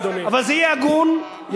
אבל זה יהיה הגון,